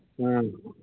ꯑꯥ